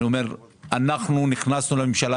אנחנו נכנסנו לממשלה